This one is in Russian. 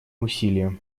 усилия